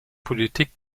politik